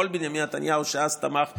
יכול בנימין נתניהו, שאז תמך בשבע,